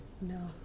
No